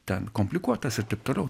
ten komplikuotas ir taip toliau